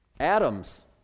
Atoms